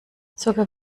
zucker